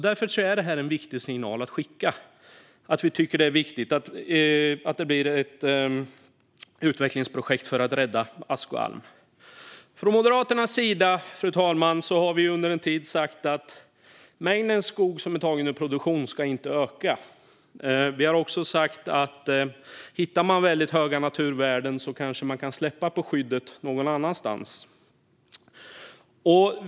Därför är det en viktig signal att skicka att vi tycker att det är viktigt att det blir ett utvecklingsprojekt för att rädda ask och alm. Från Moderaternas sida, fru talman, har vi under en tid sagt att mängden skog som är tagen ur produktion inte ska öka. Vi har också sagt att om man hittar väldigt höga naturvärden kan man kanske släppa på skyddet någon annanstans.